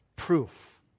proof